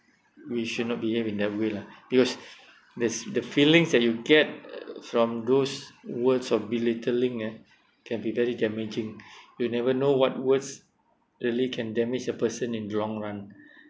we should not behave in that way lah because there's the feelings that you get from those words of belittling ah can be very damaging you never know what words really can damage a person in the long run